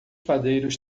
padeiros